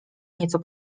nieco